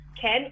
ken